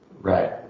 Right